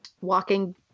walking